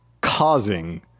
causing